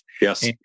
Yes